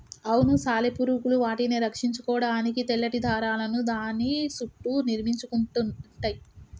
అవును సాలెపురుగులు వాటిని రక్షించుకోడానికి తెల్లటి దారాలను దాని సుట్టూ నిర్మించుకుంటయ్యి